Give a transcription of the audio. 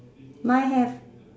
mine have